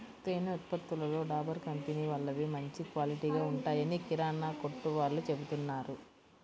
తేనె ఉత్పత్తులలో డాబర్ కంపెనీ వాళ్ళవి మంచి క్వాలిటీగా ఉంటాయని కిరానా కొట్టు వాళ్ళు చెబుతున్నారు